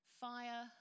fire